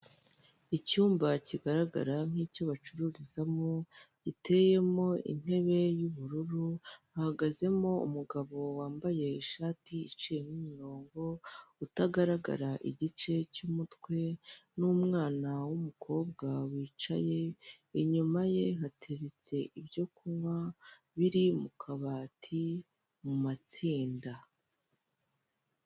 Icyumba kigaragara nk'icyo bacururizamo giteyemo intebe y'ubururu hahagazemo umugabo wambaye ishati iciye umurongo utagaragara igice cy'umutwe n'umwana w'umukobwa wicaye, inyuma ye hateretse ibyo kunywa biri mu kabati mu matsinda.